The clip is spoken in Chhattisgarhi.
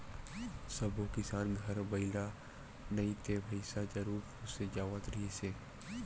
सब्बो किसान घर बइला नइ ते भइसा जरूर पोसे जावत रिहिस हे